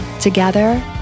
Together